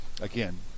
again